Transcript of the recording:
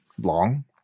long